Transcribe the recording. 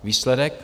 Výsledek?